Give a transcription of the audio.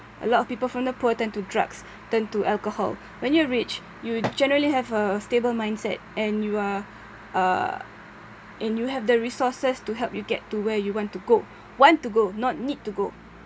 a lot of people from the poor turn to drugs turn to alcohol when you're rich you generally have a stable mindset and you are uh and you have the resources to help you get to where you want to go want to not need to go